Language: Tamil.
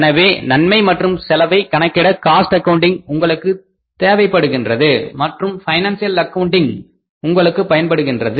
எனவே நன்மை மற்றும் செலவை கணக்கிட காஸ்ட் அக்கவுண்டிங் உங்களுக்கு தென்படுகின்றது மற்றும் பைனான்சியல் அக்கவுண்டிங் உங்களுக்கு பயன்படுகின்றது